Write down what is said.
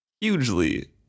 hugely